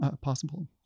possible